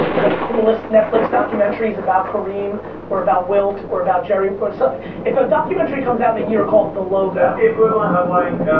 the coolest netflix documentary is about kareem or about wilt or about jerry, or so if a documentary comes out in a year called the logo. that's the equivalent of like